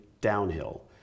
downhill